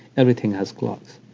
everything has clocks.